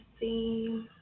see